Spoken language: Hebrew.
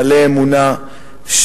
מלא אמונה,